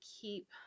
keep